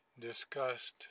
discussed